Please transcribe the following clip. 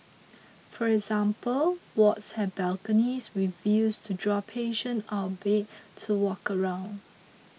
for example wards have balconies with views to draw patient out of bed to walk around